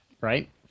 right